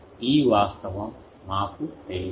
ఈ వాస్తవం మాకు తెలుసు